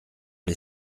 les